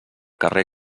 carrer